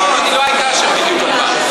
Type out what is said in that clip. היא לא הייתה שם במיוחד.